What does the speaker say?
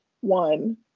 one